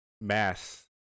Mass